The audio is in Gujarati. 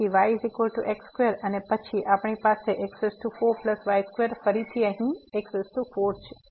તેથી y x2 અને પછી આપણી પાસે x4y2 ફરીથી અહીં x4 છે